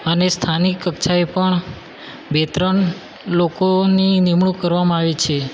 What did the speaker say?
અને સ્થાનિક કક્ષાએ પણ બે ત્રણ લોકોની નિમણૂક કરવામાં આવે છે